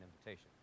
invitation